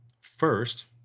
First